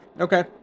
okay